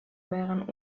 wären